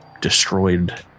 destroyed